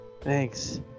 Thanks